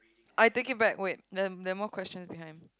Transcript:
I take it back wait there there are more questions behind